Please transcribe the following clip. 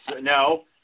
no